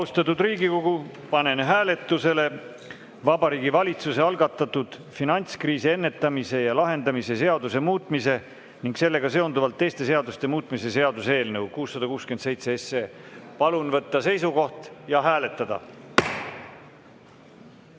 juurde. Austatud Riigikogu, panen hääletusele Vabariigi Valitsuse algatatud finantskriisi ennetamise ja lahendamise seaduse muutmise ning sellega seonduvalt teiste seaduste muutmise seaduse eelnõu 667. Palun võtta seisukoht ja hääletada!